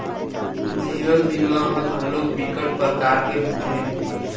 जीवन बीमा ह घलोक बिकट परकार के होथे